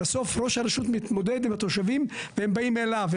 בסוף ראש הרשות ממודד עם התושבים והם באים אליו.